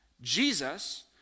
Jesus